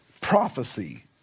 prophecy